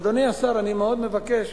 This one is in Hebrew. אדוני השר, אני מאוד מבקש